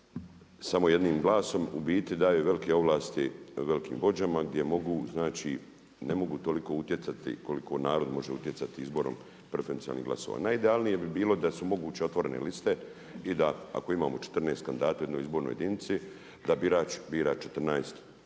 samo jednim glasom u biti daju velike ovlasti velikim vođama gdje mogu znači, ne mogu toliko utjecati koliko narod može utjecati izborom preferencijalnim glasovanjem. Najidealnije bi bilo da su moguće otvorene liste i da ako imamo 14 kandidata u jednoj izbornoj jedinici da birač bira 14